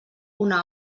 una